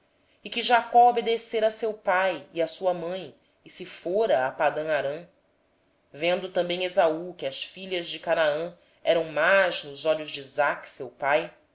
e que jacó obedecendo a seu pai e a sua mãe fora a padã arã vendo também esaú que as filhas de canaã eram más aos olhos de isaque seu pai